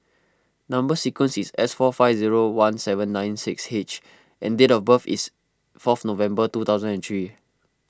Number Sequence is S four five zero one seven nine six H and date of birth is fourth November two thousand and three